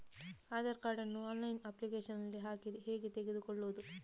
Aadhaar card ನ್ನು online application ಹಾಕಿ ಹೇಗೆ ತೆಗೆದುಕೊಳ್ಳುವುದು?